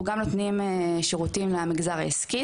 אנחנו גם נותנים שירותים למגזר העסקי,